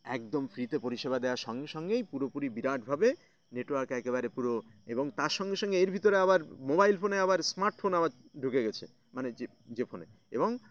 একদম ফ্রিতে পরিষেবা দেওয়ার সঙ্গে সঙ্গেই পুরোপুরি বিরাটভাবে নেটওয়ার্ক একেবারে পুরো এবং তার সঙ্গে সঙ্গে এর ভিতরে আবার মোবাইল ফোনে আবার স্মার্টফোন আবার ঢুকে গেছে মানে যে যে ফোনে এবং